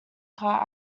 car